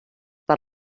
per